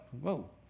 whoa